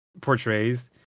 portrays